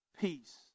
peace